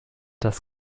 das